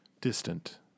distant